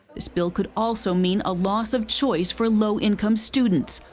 this bill could also mean a loss of choice for low-income students,